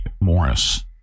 Morris